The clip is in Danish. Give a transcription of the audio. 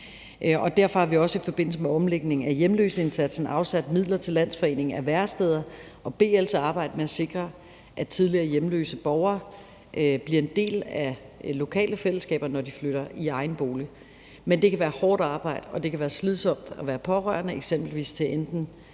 Derfor er der også i forbindelse med omlægningen af hjemløseindsatsen afsat midler til Landsforeningen af Væresteder og BL's arbejde med at sikre, at tidligere hjemløse borgere bliver en del af lokale fællesskaber, når de flytter i egen bolig, men det kan være hårdt arbejde, og det kan være slidsomt at være pårørende eksempelvis til